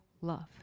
love